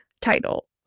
title